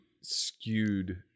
skewed